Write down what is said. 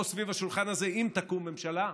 פה, סביב השולחן הזה, אם תקום ממשלה,